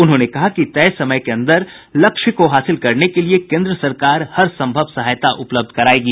उन्होंने कहा कि तय समय के अन्दर लक्ष्य को हासिल करने के लिए कोन्द्र सरकार हर सम्भव सहायता उपलब्ध करायेगी